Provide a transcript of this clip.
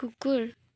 कुकुर